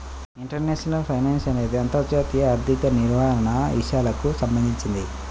international finance అనేది అంతర్జాతీయ ఆర్థిక నిర్వహణ విషయాలకు సంబంధించింది